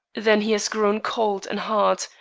then he has grown cold and hard,